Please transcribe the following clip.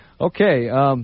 Okay